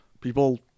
People